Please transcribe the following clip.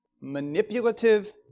manipulative